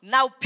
Now